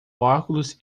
óculos